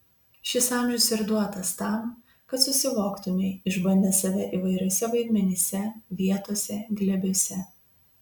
šis amžius ir duotas tam kad susivoktumei išbandęs save įvairiuose vaidmenyse vietose glėbiuose